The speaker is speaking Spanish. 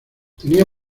tenía